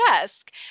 desk